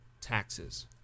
taxes